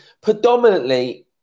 predominantly